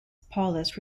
paulus